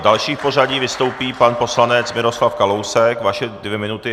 Další v pořadí vystoupí pan poslanec Miroslav Kalousek, vaše dvě minuty.